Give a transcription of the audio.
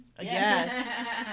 Yes